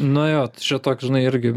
na jo čia toks žinai irgi